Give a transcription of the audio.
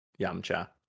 Yamcha